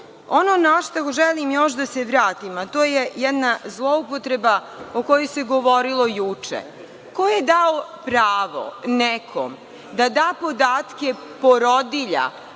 na šta želim još da se vratim, a to je jedna zloupotreba o kojoj se govorilo juče. Ko je dao pravo nekom da da podatke porodilja,